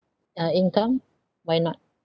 uh income why not